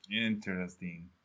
Interesting